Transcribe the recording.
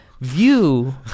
view